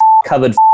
covered